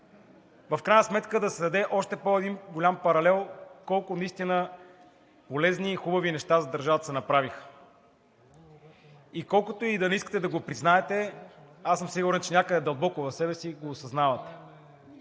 в крайна сметка да се даде още един по-голям паралел колко наистина полезни и хубави неща за държавата се направиха. И колкото и да не искате да го признаете, аз съм сигурен, че някъде дълбоко в себе си го осъзнавате.